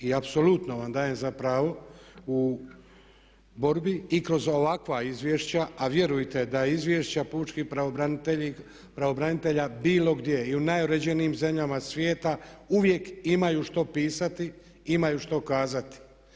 I apsolutno vam dajem za pravo u borbi i kroz ovakva izvješća a vjerujte da izvješća pučkih pravobranitelja bilo gdje i u najuređenijim zemljama svijeta uvijek imaju što pisati i imaju što kazati.